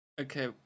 okay